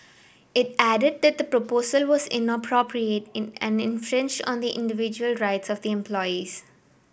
it added that the proposal was inappropriate in and infringed on the individual rights of the employees